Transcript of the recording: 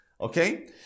Okay